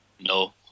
no